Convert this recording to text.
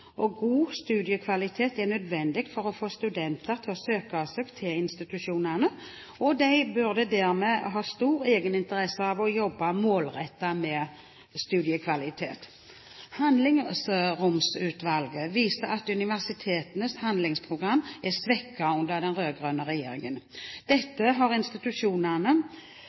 God studiekvalitet er nødvendig for å få studenter til å søke seg til institusjonene, og de burde dermed ha stor egeninteresse av å jobbe målrettet med studiekvalitet. Handlingsromutvalget viser at universitetenes handlingsrom er svekket under den rød-grønne regjeringen. Dette har stilt institusjonene